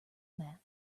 mats